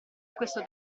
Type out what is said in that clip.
questo